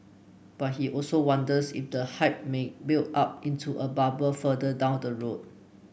but he also wonders if the hype may build up into a bubble further down the road